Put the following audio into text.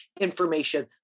information